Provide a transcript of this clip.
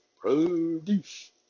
produce